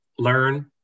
learn